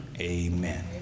Amen